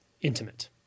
intimate